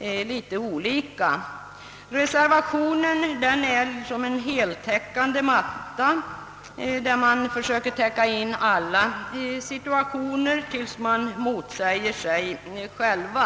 litet olika. Reservationen är som en heltäckande matta, där man försöker täcka in alla situationer tills man motsäger sig själv.